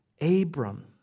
Abram